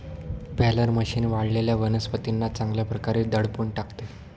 baler machine वाळलेल्या वनस्पतींना चांगल्या प्रकारे दडपून टाकते